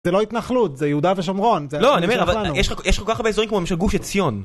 זה לא התנחלות, זה יהודה ושומרון. לא, אבל יש לך כל כך הרבה אזורים כמו למשל גוש עציון.